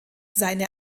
seine